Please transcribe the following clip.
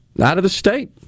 out-of-the-state